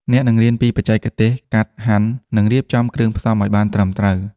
អ្នកនឹងរៀនពីបច្ចេកទេសកាត់ ហាន់ និងរៀបចំគ្រឿងផ្សំឱ្យបានត្រឹមត្រូវ។